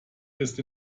ist